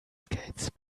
skates